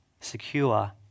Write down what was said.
secure